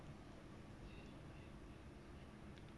-E